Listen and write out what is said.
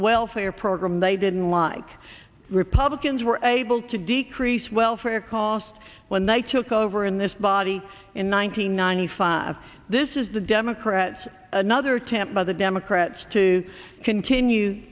welfare program they didn't like republicans were able to decrease welfare costs when they took over in this body in one nine hundred ninety five this is the democrats another attempt by the democrats to continue